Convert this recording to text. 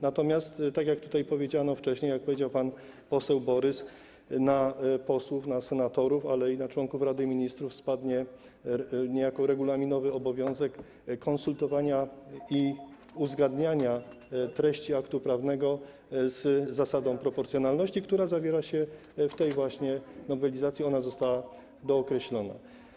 Natomiast, tak jak tutaj powiedziano wcześniej, jak powiedział pan poseł Borys, na posłów, na senatorów, ale i na członków Rady Ministrów spadnie niejako regulaminowy obowiązek konsultowania i uzgadniania treści aktu prawnego z zasadą proporcjonalności, która zawiera się w tej właśnie nowelizacji, ona została dookreślona.